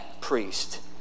priest